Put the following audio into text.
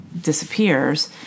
disappears